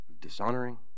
dishonoring